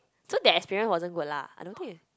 so that experience wasn't good lah I don't think you